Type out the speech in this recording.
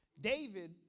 David